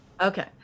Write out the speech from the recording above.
Okay